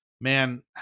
man